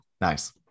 Nice